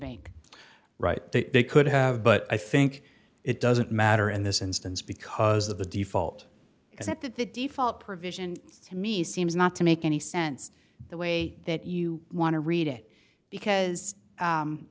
make right they could have but i think it doesn't matter in this instance because of the default because at that the default provision to me seems not to make any sense the way that you want to read it because